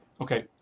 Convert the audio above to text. Okay